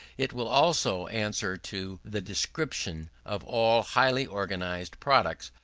it will also answer to the description of all highly organized products,